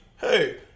Hey